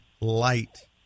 light